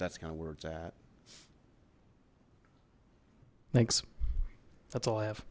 that's kind of work that thanks that's all i have